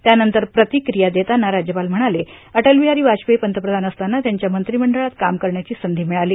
त्यानंतर प्रतिक्रिया देताना राज्यपाल म्हणाले अटल बिहारी वाजपेयी पंतप्रधान असताना त्यांच्या मंत्रिमंडळात काम करण्याची संधी मिळाली